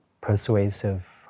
persuasive